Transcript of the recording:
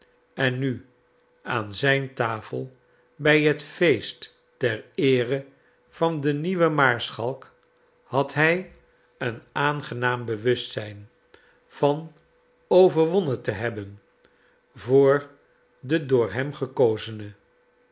en nu aan zijn tafel bij het feest ter eere van den nieuwen maarschalk had hij een aangenaam bewustzijn van overwonnen te hebben voor den door hem gekozene